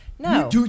No